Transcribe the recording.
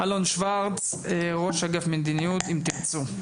אלון שוורצר ראש אגף מדיניות תנועת "אם תרצו".